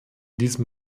diesem